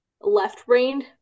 left-brained